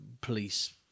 police